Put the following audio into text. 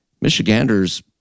Michiganders